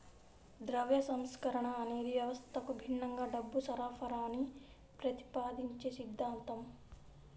ద్రవ్య సంస్కరణ అనేది వ్యవస్థకు భిన్నంగా డబ్బు సరఫరాని ప్రతిపాదించే సిద్ధాంతం